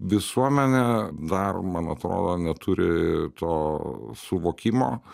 visuomenė dar man atrodo neturi to suvokimo